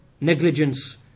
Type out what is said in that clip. negligence